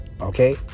Okay